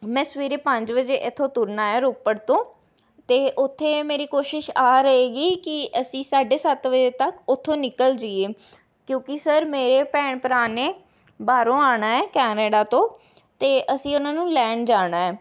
ਮੈਂ ਸਵੇਰੇ ਪੰਜ ਵਜੇ ਇੱਥੋਂ ਤੁਰਨਾ ਹੈ ਰੋਪੜ ਤੋਂ ਅਤੇ ਉੱਥੇ ਮੇਰੀ ਕੋਸ਼ਿਸ ਆਹ ਰਹੇਗੀ ਕਿ ਅਸੀਂ ਸਾਢੇ ਸੱਤ ਵਜੇ ਤੱਕ ਉੱਥੋਂ ਨਿਕਲ ਜਾਈਏ ਕਿਉਂਕਿ ਸਰ ਮੇਰੇ ਭੈਣ ਭਰਾ ਨੇ ਬਾਹਰੋਂ ਆਉਣਾ ਹੈ ਕੈਨੇਡਾ ਤੋਂ ਅਤੇ ਅਸੀਂ ਉਹਨਾਂ ਨੂੰ ਲੈਣ ਜਾਣਾ ਹੈ